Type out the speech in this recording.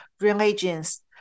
religions